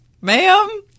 ma'am